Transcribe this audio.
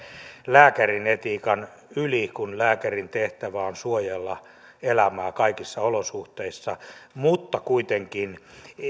lääkärin etiikan yli kun lääkärin tehtävä on suojella elämää kaikissa olosuhteissa mutta kuitenkaan